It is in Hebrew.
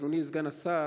אדוני סגן השר,